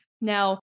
Now